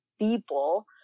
people